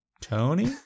Tony